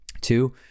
two